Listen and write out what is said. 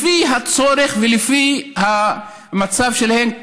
לפי הצורך ולפי המצב שלהם,